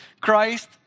Christ